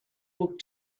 book